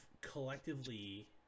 collectively